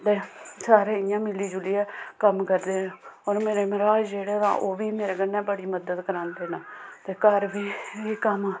ते सारे इ'यां मिली जुलियै कम्म करदे न होर मेरे मरहाज जेह्ड़े ते ओह् बी मेरे कन्नै बड़ी मदद करांदे न ते घर बी कम्म